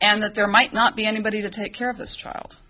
and that there might not be anybody to take care of this child